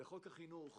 בחוק החינוך,